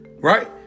Right